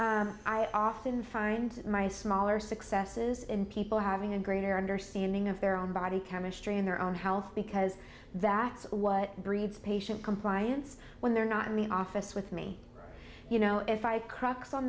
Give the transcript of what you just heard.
i often find my smaller successes in people having a greater understanding of their own body chemistry in their own health because that's what breeds patient compliance when they're not in the office with me you know if i crux on